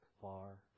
far